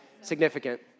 significant